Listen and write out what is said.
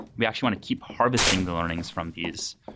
we actually want to keep harvesting the learnings from these.